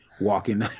Walking